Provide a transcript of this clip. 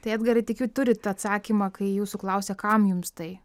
tai edgarai tikiu turit atsakymą kai jūsų klausia kam jums tai